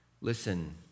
Listen